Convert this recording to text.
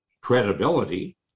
credibility